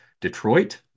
Detroit